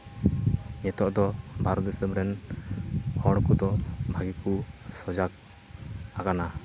ᱱᱤᱛᱚᱜ ᱫᱚ ᱵᱷᱟᱨᱚᱛ ᱫᱤᱥᱚᱢ ᱨᱮᱱ ᱦᱚᱲ ᱠᱚᱫᱚ ᱵᱷᱟᱹᱜᱤ ᱠᱚ ᱥᱚᱡᱟᱜᱽ ᱟᱠᱟᱱᱟ